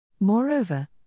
Moreover